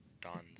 don's